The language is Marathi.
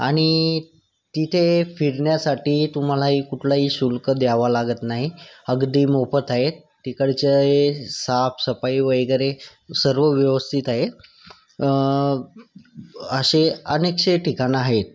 आणि तिथे फिरण्यासाठी तुम्हालाही कुठलंही शुल्क द्यावं लागत नाही अगदी मोफत आहे तिकडचे साफसफाई वगैरे सर्व व्यवस्थित आहे अशी अनेकशी ठिकाणं आहेत